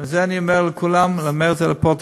ואת זה אני אומר לכולם, אני אומר את זה לפרוטוקול,